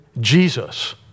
Jesus